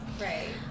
Right